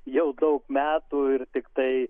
jau daug metų ir tiktai